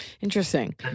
Interesting